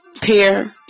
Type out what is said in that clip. Pair